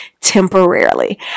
temporarily